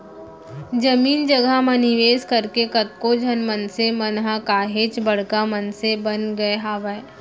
जमीन जघा म निवेस करके कतको झन मनसे मन ह काहेच बड़का मनसे बन गय हावय